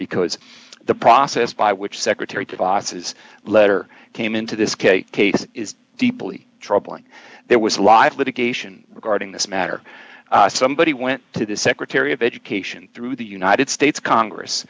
because the process by which secretary vos is letter came into this case case is deeply troubling there was a lot of litigation regarding this matter somebody went to the secretary of education through the united states congress